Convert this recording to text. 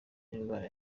n’indwara